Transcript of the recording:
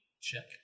check